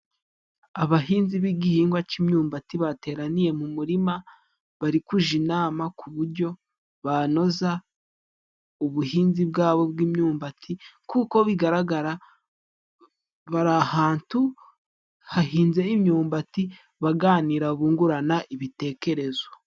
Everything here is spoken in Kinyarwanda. Abahinzi b'igihingwa c'imyumbati bateraniye mu murima, bari kuja inama ku bujyo banoza ubuhinzi bwabo bw'imyumbati kuko bigaragara bari ahantu hahinze imyumbati, baganira, bungurana ibitekerezo.